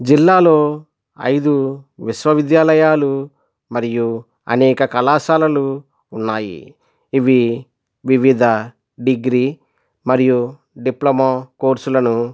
జిల్లాలో ఐదు విశ్వవిద్యాలయాలు మరియు అనేక కళాశాలలు ఉన్నాయి ఇవి వివిధ డిగ్రీ మరియు డిప్లమో కోర్సులను